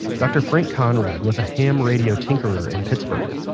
dr. frank conrad was a ham radio tinkerer in pittsburgh.